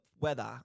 weather